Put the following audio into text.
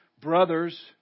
brothers